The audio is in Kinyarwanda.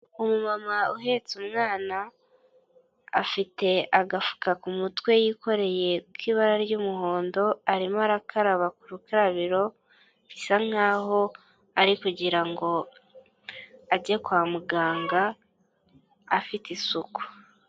Umu mama uhetse umwana afite agafuka ku mutwe yikoreye k'ibara ry'umuhondo, arimo arakaraba ku rukarabiro, bisa nkaho ari kugira ngo ajye kwa muganga afite isuku.